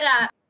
up